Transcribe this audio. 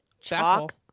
Chalk